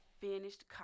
finished